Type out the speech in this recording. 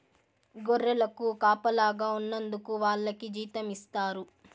గొర్రెలకు కాపలాగా ఉన్నందుకు వాళ్లకి జీతం ఇస్తారు